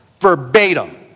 verbatim